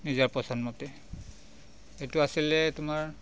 নিজৰ পচন্দমতে এইটো আছিলে তোমাৰ